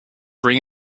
ring